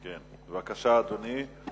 בבקשה, אדוני,